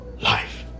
life